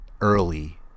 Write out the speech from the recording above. early